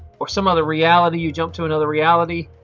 or some other reality, you jumped to another reality.